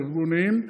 הארגוניים,